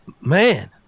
Man